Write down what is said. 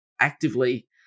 actively